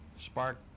spark